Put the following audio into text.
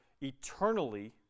eternally